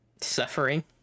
Suffering